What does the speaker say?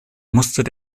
mustert